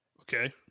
okay